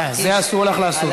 אה, את זה אסור לך לעשות.